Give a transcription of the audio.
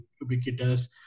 ubiquitous